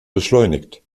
beschleunigt